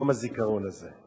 יום הזיכרון הזה.